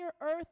earth